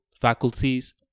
faculties